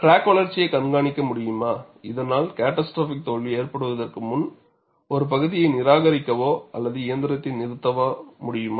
crack வளர்ச்சியைக் கண்காணிக்க முடியுமா இதனால் கேடாஸ்ட்ரோபிக் தோல்வி ஏற்படுவதற்கு முன்பு ஒரு பகுதியை நிராகரிக்கவோ அல்லது இயந்திரத்தை நிறுத்தவோ முடியுமா